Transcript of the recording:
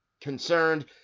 concerned